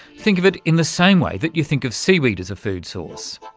think of it in the same way that you think of seaweed as a food source.